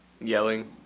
Yelling